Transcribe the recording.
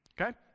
Okay